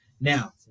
Now